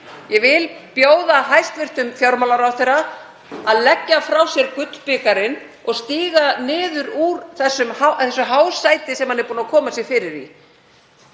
Ég vil bjóða hæstv. fjármálaráðherra að leggja frá sér gullbikarinn og stíga niður úr því hásæti sem hann er búinn að koma sér fyrir í.